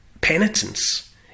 penitence